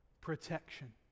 protection